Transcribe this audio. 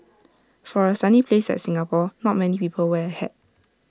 for A sunny place like Singapore not many people wear A hat